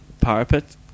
parapet